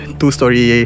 two-story